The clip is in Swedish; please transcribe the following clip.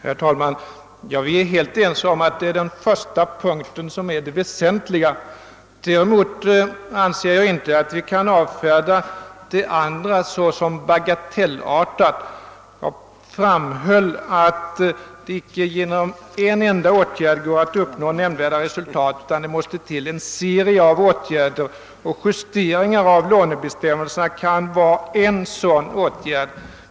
Herr talman! Ja, vi är helt ense om att den första punkten är den väsentliga, men jag anser inte att vi kan avfärda den andra såsom bagatellartad. Som jag framhöll kan vi icke uppnå nämnvärda resultat genom en enda åtgärd, utan det måste till en serie av åtgärder, och en justering av lånebestämmel serna kan vara en sådan åtgärd.